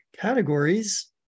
categories